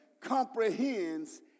comprehends